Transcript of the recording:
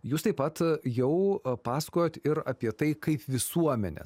jūs taip pat jau pasakojot ir apie tai kaip visuomenė